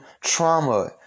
trauma